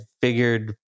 figured